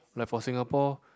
like for Singapore